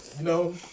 No